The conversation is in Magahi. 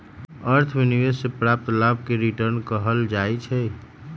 अर्थ में निवेश से प्राप्त लाभ के रिटर्न कहल जाइ छइ